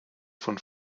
von